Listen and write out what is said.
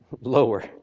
lower